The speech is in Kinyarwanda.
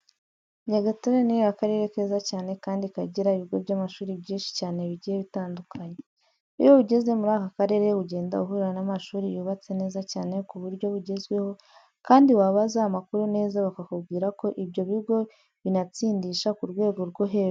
Nyagatare ni akarere keza cyane kandi kagira ibigo by'amashuri byinshi cyane bigiye bitandukanye. Iyo ugeze muri aka karere ugenda uhura n'amashuri yubatse neza cyane ku buryo bugezweho kandi wabaza amakuru neza bakakubwira ko ibyo bigo binatsindisha ku rwego rwo hejuru.